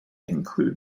include